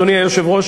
אדוני היושב-ראש,